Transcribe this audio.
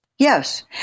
Yes